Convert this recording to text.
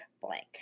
blank